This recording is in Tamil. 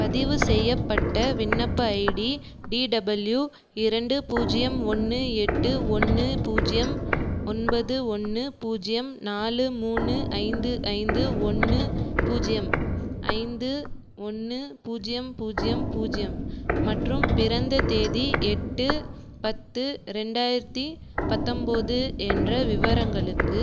பதிவுசெய்யப்பட்ட விண்ணப்ப ஐடி டிடபுள்யூ இரண்டு பூஜ்ஜியம் ஒன்று எட்டு ஒன்று பூஜ்ஜியம் ஒன்பது ஒன்று பூஜ்ஜியம் நாலு மூணு ஐந்து ஐந்து ஒன்று பூஜ்ஜியம் ஐந்து ஒன்று பூஜ்ஜியம் பூஜ்ஜியம் பூஜ்ஜியம் மற்றும் பிறந்த தேதி எட்டு பத்து ரெண்டாயிரத்தி பத்தொம்பது என்ற விவரங்களுக்கு